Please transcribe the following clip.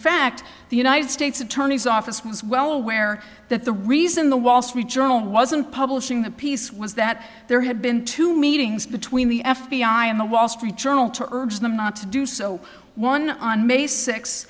fact the united states attorney's office was well aware that the reason the wall street journal wasn't publishing the piece was that there had been two meetings between the f b i and the wall street journal to urge them not to do so one on